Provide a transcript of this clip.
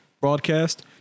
broadcast